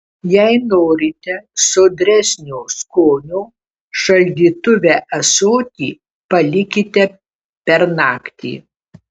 jei norite sodresnio skonio šaldytuve ąsotį palikite per naktį